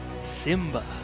Simba